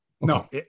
no